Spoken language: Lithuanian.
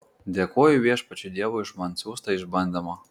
dėkoju viešpačiui dievui už man siųstą išbandymą